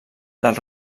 del